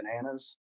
bananas